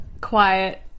quiet